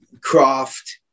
craft